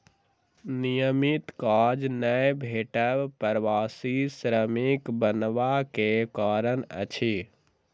नियमित काज नै भेटब प्रवासी श्रमिक बनबा के कारण अछि